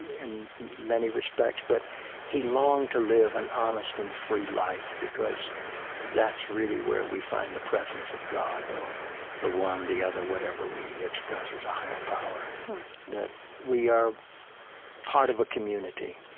in many respects. but he longed to live an honest and free life, because that's really where we find the presence of god or the one, the other, whatever we express as a higher power that we are part of a community.